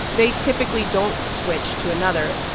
they typically don't switch to another.